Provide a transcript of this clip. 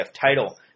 title